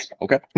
okay